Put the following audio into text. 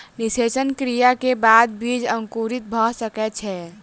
निषेचन क्रिया के बाद बीज अंकुरित भ सकै छै